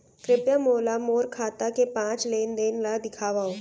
कृपया मोला मोर खाता के पाँच लेन देन ला देखवाव